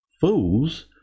Fools